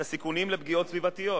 את הסיכונים לפגיעות סביבתיות.